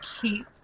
keep